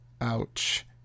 Ouch